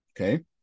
Okay